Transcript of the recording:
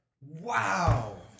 Wow